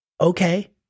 Okay